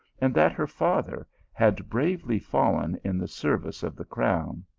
and that her father had bravely fallen in the service of the crown.